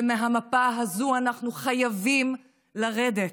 ומהמפה הזו אנחנו חייבים לרדת.